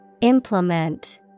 Implement